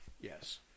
Yes